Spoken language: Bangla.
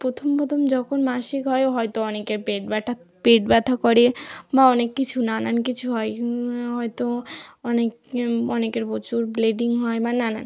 প্রথম প্রথম যখন মাসিক হয় হয়তো অনেকের পেট ব্যথা পেট ব্যথা করে বা অনেক কিছু নানান কিছু হয় হয়তো অনেক অনেকের প্রচুর ব্লিডিং হয় বা নানান